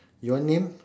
your name